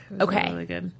Okay